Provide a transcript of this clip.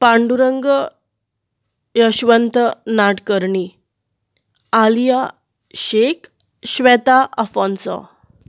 Pandurang Yashwant Nadkarni Alia Shaikh Shweta Afonso